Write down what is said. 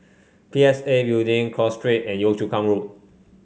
P S A Building Cross Street and Yio Chu Kang Road